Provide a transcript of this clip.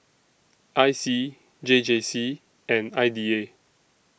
I C J J C and I D A